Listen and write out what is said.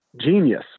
genius